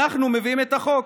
אנחנו מביאים את החוק.